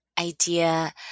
idea